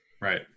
Right